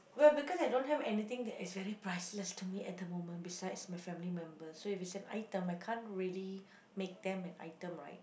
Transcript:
but because I don't have anything that is very priceless to me at the moment besides my family member so if you say item I can't really make them an item right